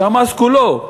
שהמס כולו,